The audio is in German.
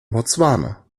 botswana